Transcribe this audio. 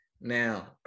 Now